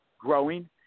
growing